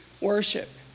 worship